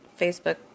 Facebook